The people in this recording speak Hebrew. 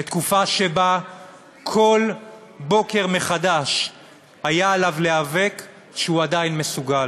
בתקופה שבה כל בוקר מחדש היה עליו להיאבק שהוא עדיין מסוגל,